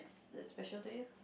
that special to you